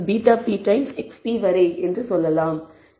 βp times xp வரை என்று சொல்லலாம்